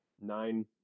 Nine